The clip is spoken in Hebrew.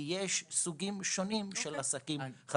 כי לפי מה שאנחנו רואים יש סוגים שונים של עסקים חדשים.